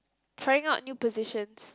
trying out new positions